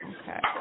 Okay